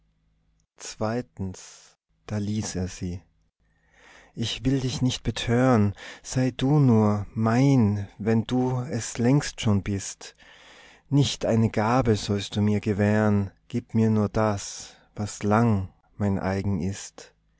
da ließ er sie ich will dich nicht betören sei du nur mein wenn du es längst schon bist nicht eine gabe sollst du mir gewähren gib mir nur das was lang mein eigen ist